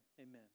Amen